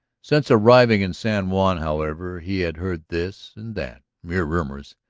since arriving in san juan, however, he had heard this and that, mere rumors,